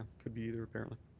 could be either, apparently.